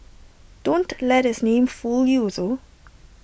don't let its name fool you though